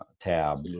tab